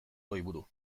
goiburu